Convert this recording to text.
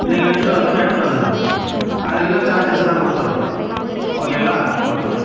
நீங்கள் எடுத்துகிட்டு வரதுனாலும் எடுத்துகிட்டு வந்துடுங்க அதுக்கு என்ன சார்ஜஸ்ஸோ நான் கொடுத்துர்றோம் ஓகேங்களா ஓகே